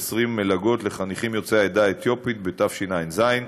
מלגות לחניכים יוצאי העדה האתיופית בתשע"ז,